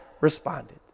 responded